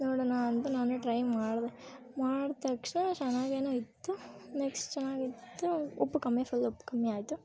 ನೋಡೋಣ ಅಂತ ನಾನು ಟ್ರೈ ಮಾಡಿದೆ ಮಾಡ್ದ ತಕ್ಷಣ ಚೆನ್ನಾಗೇನೊ ಇತ್ತು ನೆಕ್ಸ್ಟ್ ಚೆನ್ನಾಗಿತ್ತು ಉಪ್ಪು ಕಮ್ಮಿ ಫುಲ್ ಉಪ್ಪು ಕಮ್ಮಿ ಆಯಿತು